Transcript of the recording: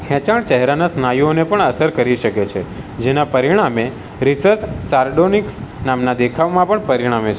ખેંચાણ ચહેરાના સ્નાયુઓને પણ અસર કરી શકે છે જેના પરિણામે રિસસ સારડોનિકસ નામના દેખાવમાં પણ પરિણમે